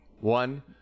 One